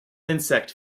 insect